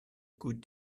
good